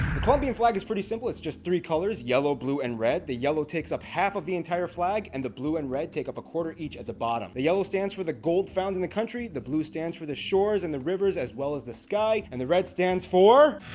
the colombian flag is pretty simple. it's just three colours yellow, blue and red. the yellow takes up half of the entire flag and the blue and red take up a quarter each at the bottom. the yellow stands for the gold found in the country, the blue stands for the shores and the rivers as well as the sky. and the red stands for